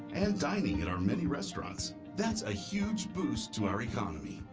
and dining at our many restaurants. that's a huge boost to our economy,